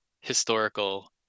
historical